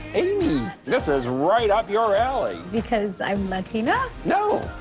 amy, this is right up your alley. because i'm latina? no,